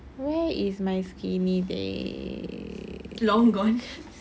where is my skinny days